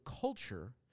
culture